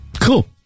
Cool